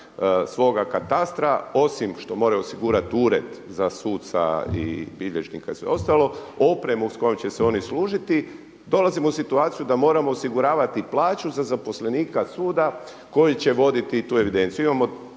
svoga katastra osim što moraju osigurati ured za suca i bilježnika i sve ostalo opremu s kojom će se oni služiti dolazimo u situaciju da moramo osiguravati plaću za zaposlenika suda koji će voditi tu evidenciju.